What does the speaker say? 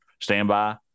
standby